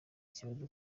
ikibazo